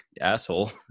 asshole